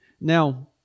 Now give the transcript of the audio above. Now